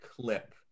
clip